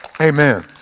Amen